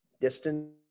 distance